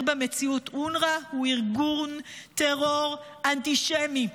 במציאות: אונר"א הוא ארגון טרור אנטישמי,